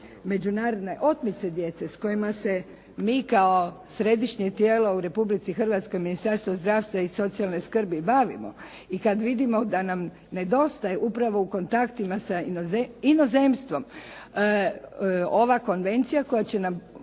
međunarodne otmice djece s kojima se mi kao središnje tijelo u Republici Hrvatskoj, Ministarstvo zdravstva i socijalne skrbi bavimo i kad vidimo da nam nedostaje upravo u kontaktima sa inozemstvom, ova konvencija koja će nam